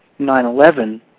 9-11